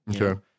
Okay